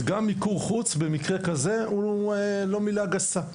אז גם מיקור חוץ במקרה כזה הוא לא מילה גסה.